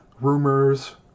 rumors